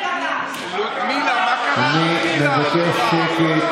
אני מבקש שקט.